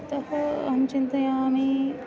अतः अहं चिन्तयामि